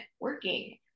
working